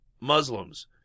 Muslims